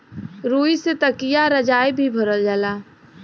रुई से तकिया रजाई भी भरल जाला